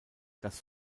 das